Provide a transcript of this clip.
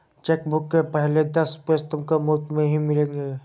chequebook के पहले दस पेज तुमको मुफ़्त में ही मिलेंगे